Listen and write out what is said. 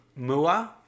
Mua